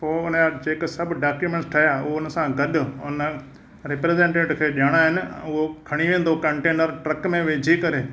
पोइ उन या जेके सभु डॉक्यूमेंट ठहिया हू उन सां गॾु हुन रिप्रेजेंटेटिव खे ॾियणा आहिनि उहो खणी वेंदो कंटेनरु ट्र्क में विझी करे